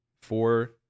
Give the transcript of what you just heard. four